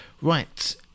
Right